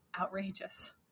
outrageous